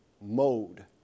mode